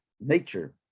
nature